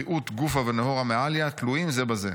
בריאות-גופא ונהורא-מעליא תלויים זה בזה'.